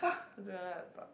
I don't want to talk